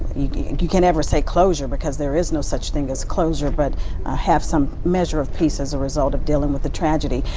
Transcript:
you can never say closure because there is no such thing as closure, but have some measure of peace as a result of dealing with the tragedy.